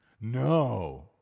No